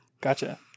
Gotcha